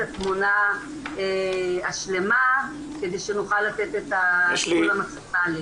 התמונה השלמה כדי שנוכל לתת את כל המענים.